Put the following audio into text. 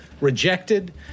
rejected